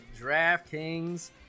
DraftKings